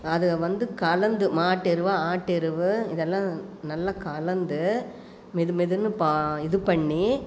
அது வந்து கலந்து மாட்டு எருவு ஆட்டு எருவு இதெல்லாம் நல்லா கலந்து மெதுமெதுன்னு பா இது பண்ணி